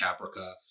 caprica